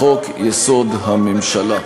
לחוק-יסוד: הממשלה.